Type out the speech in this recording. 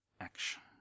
action